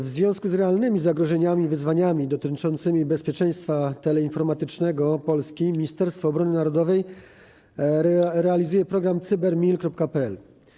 W związku z realnymi zagrożeniami i wyzwaniami dotyczącymi bezpieczeństwa teleinformatycznego Polski Ministerstwo Obrony Narodowej realizuje program Cyber.mil.pl.